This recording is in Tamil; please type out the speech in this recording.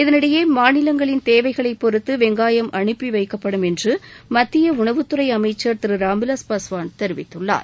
இதனிடையே மாநிலங்களின் தேவைகளை பொறுத்து வெங்காயம் அனுப்பிவைக்கப்படும் என்று மத்திய உணவுத்துறை அமைச்சர் திரு ராம்விலாஸ் பாஸ்வான் தெரிவித்துள்ளார்